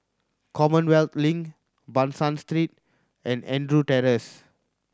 Commonwealth Link Ban San Street and Andrews Terrace